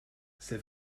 c’est